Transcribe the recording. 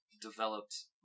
developed